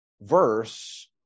verse